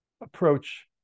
approach